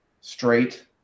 straight